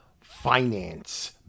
finance